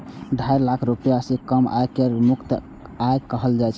ढाई लाख रुपैया सं कम आय कें कर मुक्त आय कहल जाइ छै